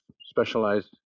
specialized